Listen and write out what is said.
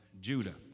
Judah